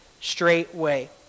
straightway